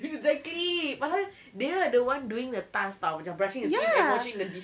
exactly but how they are the one doing the task [tau] which are brushing the teeth and washing the dishes